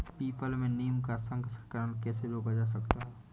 People में नीम का संकरण कैसे रोका जा सकता है?